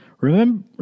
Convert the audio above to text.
Remember